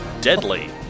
deadly